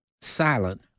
silent